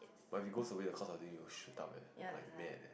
but if it goes away the cost of living will shoot up eh like mad eh